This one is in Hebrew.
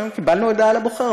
אומרים: קיבלנו הודעה לבוחר,